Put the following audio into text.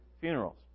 funerals